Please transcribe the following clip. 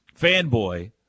fanboy